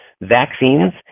Vaccines